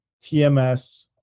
TMS